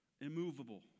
immovable